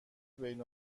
بین